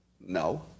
No